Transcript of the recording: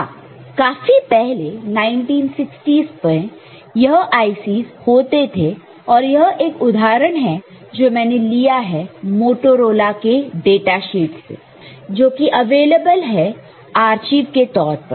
हां काफी पहले 1960's में यह IC's होते थे और यह एक उदाहरण है जो मैंने लिया है मोटोरोला के डाटा शीट से जोकि अवेलेबल है आर्चीव के तौर पर